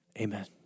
Amen